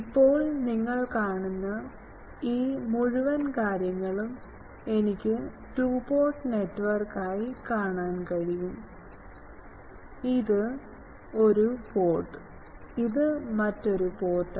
ഇപ്പോൾ നിങ്ങൾ കാണുന്ന ഈ മുഴുവൻ കാര്യങ്ങളും എനിക്ക് ടു പോർട്ട് നെറ്റ്വർക്കായി കാണാൻ കഴിയും ഇത് ഒരു പോർട്ട് ഇത് മറ്റൊരു പോർട്ട് ആ